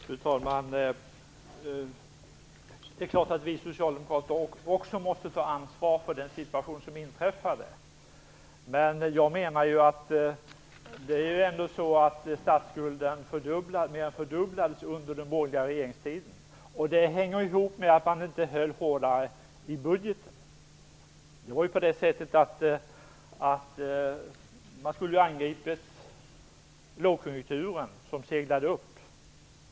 Fru talman! Det är klart att vi socialdemokrater också måste ta ansvar för den situation som har uppstått. Men det är ju ändå så att statsskulden mer än fördubblades under den borgerliga regeringstiden, och det hänger ihop med att man inte höll hårdare i budgeten. Man borde ha angripit lågkonjunkturen som seglade upp.